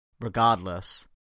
regardless